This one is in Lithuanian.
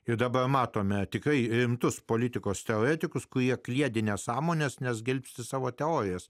ir dabar matome tik kai rimtus politikos teoretikus kurie kliedi nesąmones nes gelbsti savo teorijas